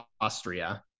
Austria